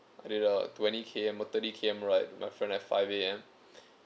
I did a twenty K_M or thirty K_M ride with my friend at five A_M